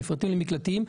מפרטים למקלטים,